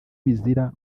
bizira